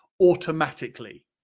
automatically